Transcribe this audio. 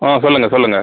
ஆ சொல்லுங்கள் சொல்லுங்கள்